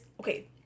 okay